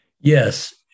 Yes